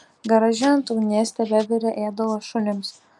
garaže ant ugnies tebevirė ėdalas šunims